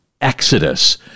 Exodus